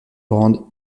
grandes